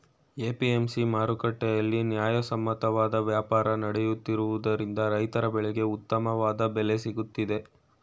APMC ಮಾರುಕಟ್ಟೆಯಲ್ಲಿ ನ್ಯಾಯಸಮ್ಮತವಾದ ವ್ಯಾಪಾರ ನಡೆಯುತ್ತಿರುವುದರಿಂದ ರೈತರ ಬೆಳೆಗೆ ಉತ್ತಮವಾದ ಬೆಲೆ ಸಿಗುತ್ತಿದೆ